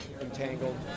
entangled